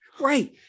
Right